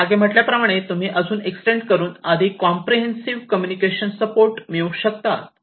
मी मागे म्हटल्याप्रमाणे तुम्ही अजून एक्सटेंड करून अधिक कॉम्प्रेहेन्सिव कम्युनिकेशन सपोर्ट मिळवू शकतात